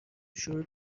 شروع